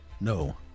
No